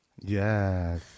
Yes